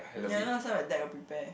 ya you know last time my dad got prepare